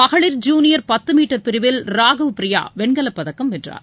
மகளிர் ஜுளியர் பத்து மீட்டர் பிரிவில் ராகவ் பிரியா வெண்கலப்பதக்கம் வென்றார்